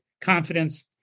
confidence